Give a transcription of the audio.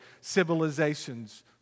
civilizations